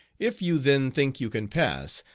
if you then think you can pass,